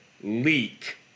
leak